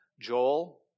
Joel